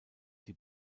die